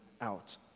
out